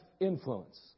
influence